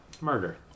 Murder